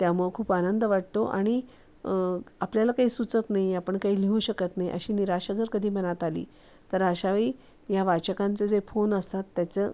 त्यामुळं खूप आनंद वाटतो आणि आपल्याला काही सुचत नाही आपण काही लिहू शकत नाही अशी निराशा जर कधी मनात आली तर अशावेळी ह्या वाचकांचे जे फोन असतात त्याचं